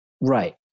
Right